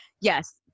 yes